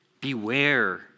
Beware